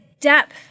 depth